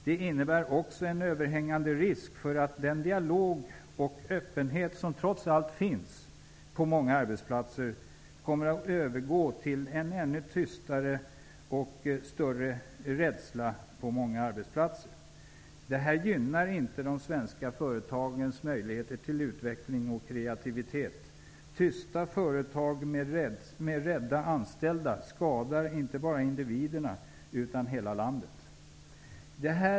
Det innebär också en överhängande risk för att den dialog och öppenhet som trots allt finns på många arbetsplatser kommer att övergå till ännu större tystnad och rädsla på många arbetsplatser. Detta gynnar inte de svenska företagens möjligheter till utveckling och kreativitet. Tysta företag med rädda anställda skadar inte bara individerna, utan hela landet.